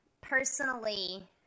personally